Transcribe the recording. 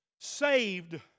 saved